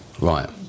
right